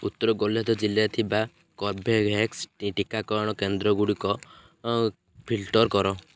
ଉତ୍ତର ଗୋଆ ଜିଲ୍ଲାରେ ଥିବା କର୍ବେଭ୍ୟାକ୍ସ ଟିକାକରଣ କେନ୍ଦ୍ରଗୁଡ଼ିକ ଫିଲ୍ଟର୍ କର